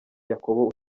yakobo